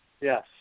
Yes